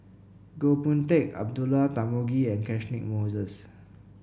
Goh Boon Teck Abdullah Tarmugi and Catchick Moses